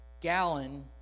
gallon